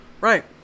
Right